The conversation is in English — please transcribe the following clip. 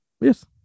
Yes